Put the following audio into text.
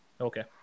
Okay